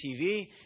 TV